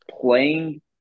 playing